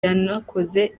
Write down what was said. yanakoze